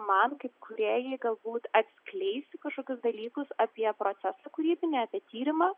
man kaip kūrėjai galbūt atskleisti kažkokius dalykus apie procesą kūrybinį apie tyrimą